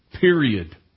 Period